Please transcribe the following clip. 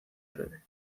breve